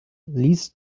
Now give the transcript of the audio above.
least